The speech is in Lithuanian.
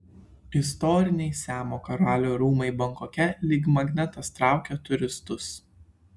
istoriniai siamo karalių rūmai bankoke lyg magnetas traukia turistus